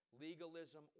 Legalism